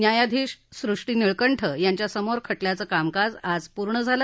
न्यायाधीश सृष्टी निळकंठ यांच्यासमोर खटल्याचं कामकाज आज पूर्ण झालं